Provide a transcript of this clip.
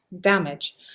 damage